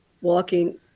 walking